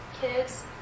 Kids